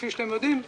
כפי שאתם יודעים,